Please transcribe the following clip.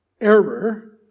error